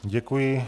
Děkuji.